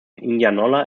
indianola